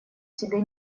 себе